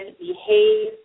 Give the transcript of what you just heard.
behave